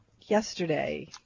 Yesterday